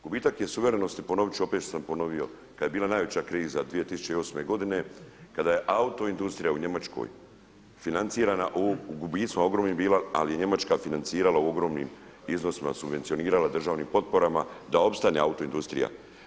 Gubitak je suverenosti ponovit ću opet što sam ponovio kada je bila najveća kriza 2008. godine kada je autoindustrija u Njemačkoj financirana, u gubicima ogromnim bila, ali je Njemačka financirala ogromnim iznosima subvencionirala državnim potporama da opstane autoindustrija.